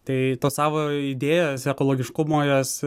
tai tas savo idėjas ekologiškumo jas